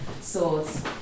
swords